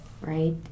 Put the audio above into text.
right